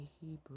Hebrew